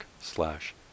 slash